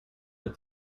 but